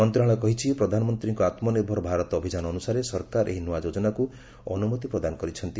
ମନ୍ତ୍ରଶାଳୟ କହିଛି ପ୍ରଧାନମନ୍ତ୍ରୀଙ୍କ ଆତ୍ମନିର୍ଭର ଭାରତ ଅଭିଯାନ ଅନୁସାରେ ସରକାର ଏହି ନୂଆ ଯୋଜନାକୁ ଅନୁମତି ପ୍ରଦାନ କରିଛନ୍ତି